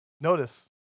Notice